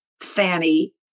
Fanny